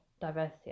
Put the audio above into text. diversity